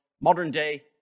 modern-day